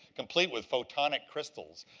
complete with photonic crystals.